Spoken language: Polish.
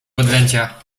bydlęcia